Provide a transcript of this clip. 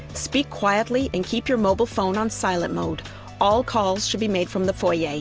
speak quietly and keep your mobile phone on silent mode all calls should be made from the foyer